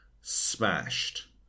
smashed